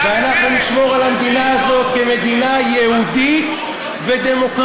ואנחנו נשמור על המדינה הזאת כמדינה יהודית ודמוקרטית.